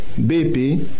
BP